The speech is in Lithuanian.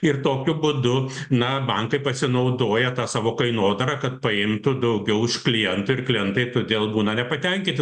ir tokiu būdu na bankai pasinaudoja ta savo kainodara kad paimtų daugiau iš klientų ir klientai todėl būna nepatenkinti